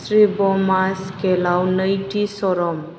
श्रिभ'मास स्खेलाव नैथि सरम